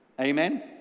Amen